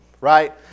Right